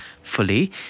fully